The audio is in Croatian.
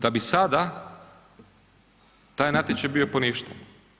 Da bi sada taj natječaj bio poništen.